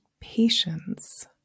patience